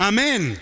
Amen